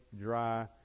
dry